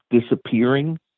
disappearing